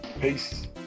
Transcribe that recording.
Peace